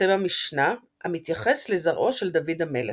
חותם המשנה, המתייחס לזרעו של דוד המלך.